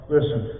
Listen